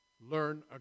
learn